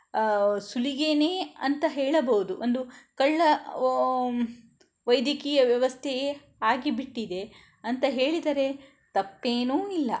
ಸುಲಿಗೆಯೇ ಅಂತ ಹೇಳಬಹುದು ಒಂದು ಕಳ್ಳ ವೈದ್ಯಕೀಯ ವ್ಯವಸ್ಥೆಯೇ ಆಗಿಬಿಟ್ಟಿದೆ ಅಂತ ಹೇಳಿದರೆ ತಪ್ಪೇನೂ ಇಲ್ಲ